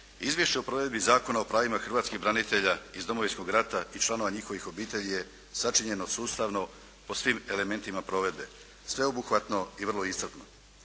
Izvješće o provedbi Zakona o pravima hrvatskig branitelja iz Domovinskog rata i članova njihovih obitelji je sačinjeno sustavno po svim elementima provedbe, sveobuhvatno i vrlo iscrpno.